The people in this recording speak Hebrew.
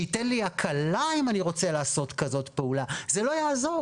שיתן לי הקלה אם אני רוצה לעשות כזאת פעולה זה לא יעזור.